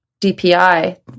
DPI